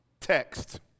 text